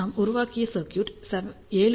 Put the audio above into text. நாம் உருவாக்கிய circuit 7 D